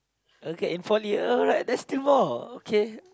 okay in poly alright that's two more okay